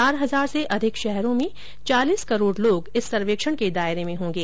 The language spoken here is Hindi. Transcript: चार हजार से अधिक शहरों में चालीस करोड़ लोग इस सर्वेक्षण के दायरे में होंगे